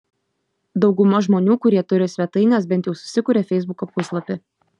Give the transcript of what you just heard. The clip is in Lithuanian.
dauguma žmonių kurie turi svetaines bent jau susikuria feisbuko puslapį